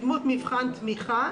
בדמות מבחן תמיכה